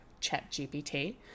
ChatGPT